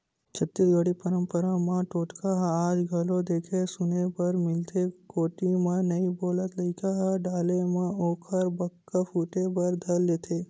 छत्तीसगढ़ी पंरपरा म टोटका ह आज घलोक देखे सुने बर मिलथे कोठी म नइ बोलत लइका ल डाले म ओखर बक्का फूटे बर धर लेथे